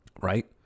Right